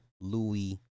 Louis